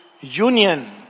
union